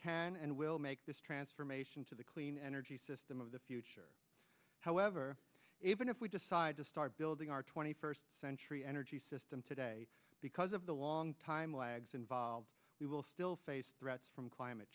can and will make this transformation to the clean energy system of the future however even if we decide to start building our twenty first century energy system today because of the long time lags involved we will still face threats from climate